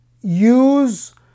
use